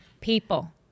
People